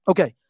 Okay